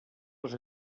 les